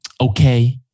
Okay